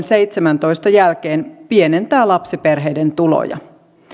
seitsemäntoista jälkeen pienentää lapsiperheiden tuloja